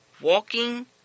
walking